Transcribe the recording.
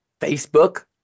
Facebook